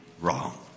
wrong